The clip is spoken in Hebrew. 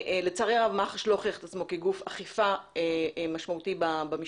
לצערי הרב מח"ש לא הוכיח את עצמו כגוף אכיפה משמעותי במשטרה.